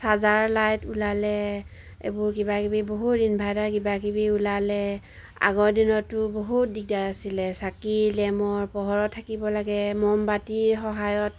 charger light ওলালে এইবোৰ কিবা কিবি বহুত ইনভাৰ্টাৰ কিবা কিবি ওলালে আগৰ দিনতো বহুত দিগদাৰ আছিলে চাকি লেম্পৰ পোহৰত থাকিব লাগে মমবাতিৰ সহায়ত